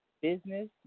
Business